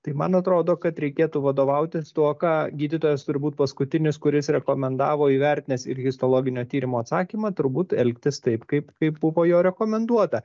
tai man atrodo kad reikėtų vadovautis tuo ką gydytojas turbūt paskutinis kuris rekomendavo įvertinęs ir histologinio tyrimo atsakymą turbūt elgtis taip kaip kaip buvo jo rekomenduota